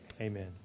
Amen